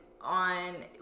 on